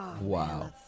Wow